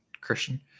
Christian